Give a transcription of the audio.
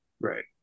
Right